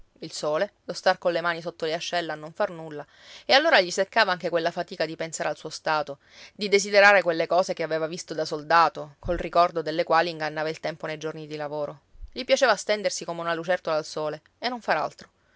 il sole lo star colle mani sotto le ascelle a non far nulla e allora gli seccava anche quella fatica di pensare al suo stato di desiderare quelle cose che aveva visto da soldato col ricordo delle quali ingannava il tempo nei giorni di lavoro gli piaceva stendersi come una lucertola al sole e non far altro